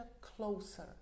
closer